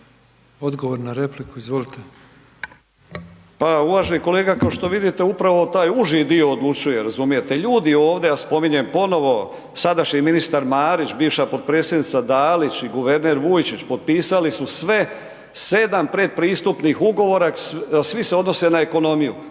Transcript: Odgovor na repliku, ministar